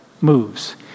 moves